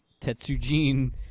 Tetsujin